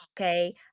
okay